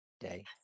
day